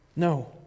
No